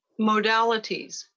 modalities